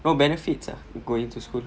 no benefits ah going to school